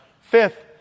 Fifth